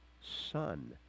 son